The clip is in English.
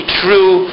true